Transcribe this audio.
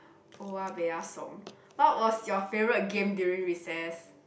oya-beh-ya-som what was your favourite game during recess